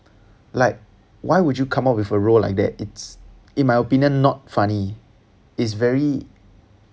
like why would you come out with a role like that it's in my opinion not funny it's very